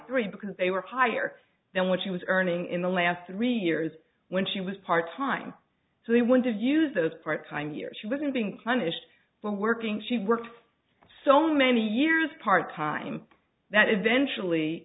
three because they were higher than what she was earning in the last three years when she was part time so they went to use those part time years she wasn't being punished when working she worked so many years part time that eventually